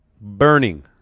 burning